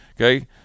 Okay